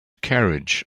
carriage